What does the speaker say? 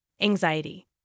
anxiety